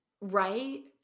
Right